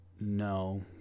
no